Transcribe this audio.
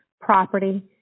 property